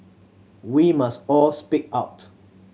we must all speak out